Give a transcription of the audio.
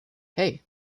hey